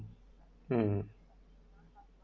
um